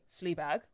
Fleabag